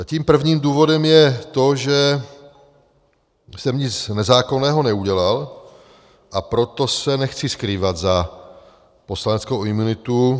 Tím prvním důvodem je to, že jsem nic nezákonného neudělal, a proto se nechci skrývat za poslaneckou imunitu.